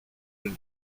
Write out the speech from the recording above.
une